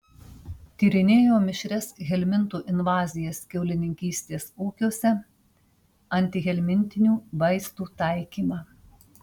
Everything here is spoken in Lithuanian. tyrinėjo mišrias helmintų invazijas kiaulininkystės ūkiuose antihelmintinių vaistų taikymą